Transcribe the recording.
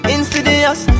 Insidious